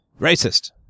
racist